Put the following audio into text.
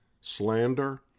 slander